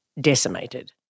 decimated